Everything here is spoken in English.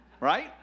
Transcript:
right